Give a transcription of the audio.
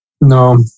No